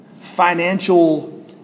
financial